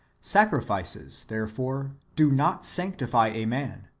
sacrifices, there fore, do not sanctify a man,